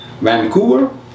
Vancouver